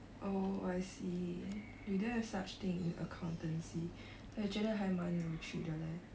oh I see we don't have such thing in accountancy 我觉得还满有趣的 leh